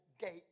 gate